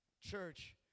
Church